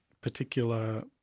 particular